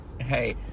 hey